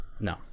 No